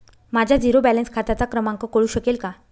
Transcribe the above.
माझ्या zero balance खात्याचा क्रमांक कळू शकेल का?